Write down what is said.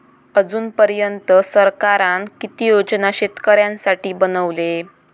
अजून पर्यंत सरकारान किती योजना शेतकऱ्यांसाठी बनवले?